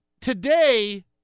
Today